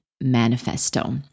Manifesto